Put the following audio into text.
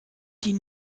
die